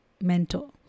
mentor